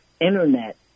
Internet